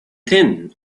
tin